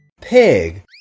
Pig